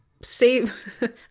Save